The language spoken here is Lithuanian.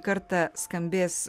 kartą skambės